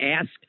ask